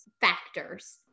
factors